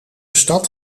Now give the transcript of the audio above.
stad